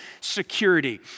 security